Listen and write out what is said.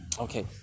Okay